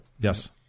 Yes